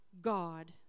God